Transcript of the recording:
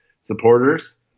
supporters